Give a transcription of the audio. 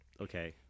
Okay